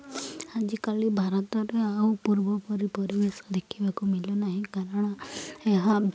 ଆଜିକାଲି ଭାରତରେ ଆଉ ପୂର୍ବ ପରି ପରିବେଶ ଦେଖିବାକୁ ମିିଳୁନାହିଁ କାରଣ ଏହା